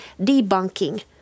debunking